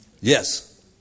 Yes